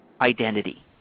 identity